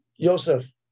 Joseph